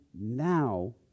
now